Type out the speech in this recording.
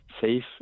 safe